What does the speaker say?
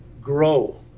grow